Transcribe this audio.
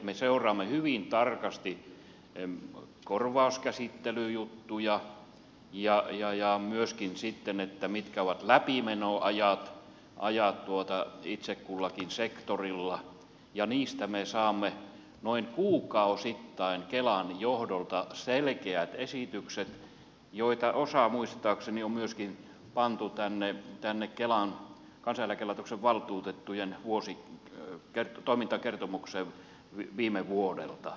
me seuraamme hyvin tarkasti korvauskäsittelyjuttuja ja myöskin sitten sitä mitkä ovat läpimenoajat itse kullakin sektorilla ja niistä me saamme noin kuukausittain kelan johdolta selkeät esitykset joista osa muistaakseni on myöskin pantu tänne kansaneläkelaitoksen valtuutettujen toimintakertomukseen viime vuodelta